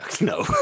No